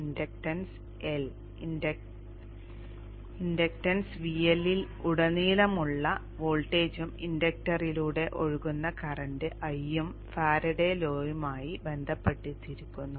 inductance L inductance VL ൽ ഉടനീളമുള്ള വോൾട്ടേജും ഇൻഡക്ടറിലൂടെ ഒഴുകുന്ന കറന്റ് I ഉം ഫാരഡെസ് ലോമായി Faraday's law ബന്ധപ്പെട്ടിരിക്കുന്നു